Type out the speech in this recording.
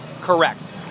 Correct